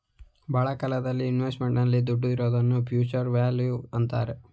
ಬಹಳ ಕಾಲ ಇನ್ವೆಸ್ಟ್ಮೆಂಟ್ ನಲ್ಲಿ ದುಡ್ಡು ಇರೋದ್ನ ಫ್ಯೂಚರ್ ವ್ಯಾಲ್ಯೂ ಅಂತಾರೆ